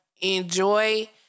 Enjoy